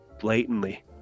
blatantly